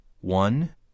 one